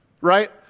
Right